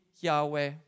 Yahweh